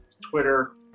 twitter